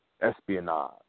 espionage